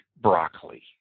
broccoli